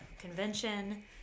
convention